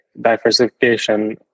diversification